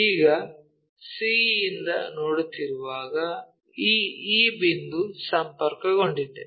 ಈಗ c ಯಿಂದ ನೋಡುತ್ತಿರುವಾಗ ಈ e ಬಿಂದು ಸಂಪರ್ಕಗೊಂಡಿದೆ